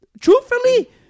Truthfully